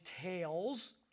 tales